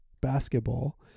basketball